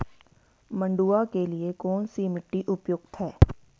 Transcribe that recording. मंडुवा के लिए कौन सी मिट्टी उपयुक्त है?